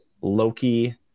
Loki